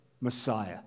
messiah